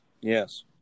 Yes